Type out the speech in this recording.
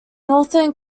northern